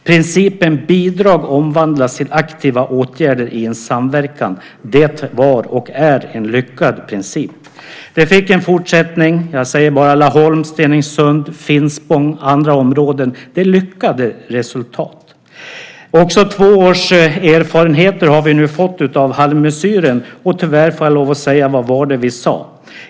Principen bidrag omvandlades till aktiva åtgärder i en samverkan. Det var och är en lyckad princip. Det fick en fortsättning - jag säger bara Laholm, Stenungsund, Finspång och andra områden - med lyckade resultat. Också två års erfarenheter har vi nu fått av halvmesyren, och tyvärr får jag lov att säga: Vad var det vi sade?